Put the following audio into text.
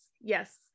yes